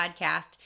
Podcast